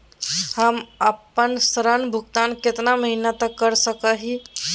हम आपन ऋण भुगतान कितना महीना तक कर सक ही?